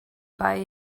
buy